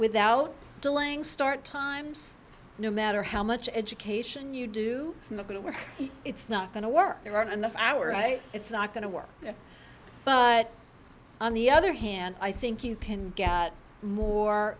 without delaying start times no matter how much education you do it's not going to work it's not going to work there aren't enough hours it's not going to work but on the other hand i think you can